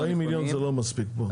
40 מיליון זה לא מספיק בוא.